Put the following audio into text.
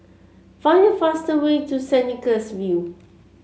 find the fastest way to Saint Nicholas View